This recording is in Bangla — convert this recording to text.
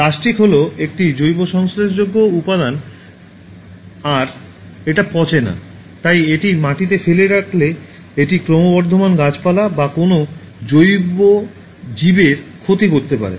প্লাস্টিক হল একটি জৈব সংশ্লেষযোগ্য উপাদান আর এটা পচে না তাই এটি মাটিতে ফেলে রাখলে এটি ক্রমবর্ধমান গাছপালা বা কোনও জৈব জীবের ক্ষতি করতে পারে